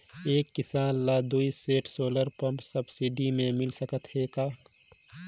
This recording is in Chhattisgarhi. एक किसान ल दुई सेट सोलर पम्प सब्सिडी मे मिल सकत हे का?